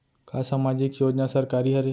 का सामाजिक योजना सरकारी हरे?